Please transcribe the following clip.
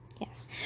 Yes